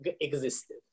existed